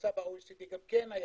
הממוצע שם גם כן היה